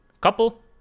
couple